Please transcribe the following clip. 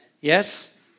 Yes